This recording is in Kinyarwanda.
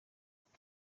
ukuri